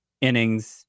innings